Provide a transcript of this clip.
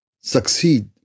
succeed